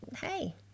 hey